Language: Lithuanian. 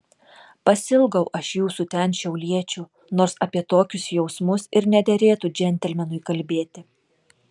pasiilgau aš jūsų ten šiauliečių nors apie tokius jausmus ir nederėtų džentelmenui kalbėti